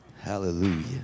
Hallelujah